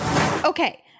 Okay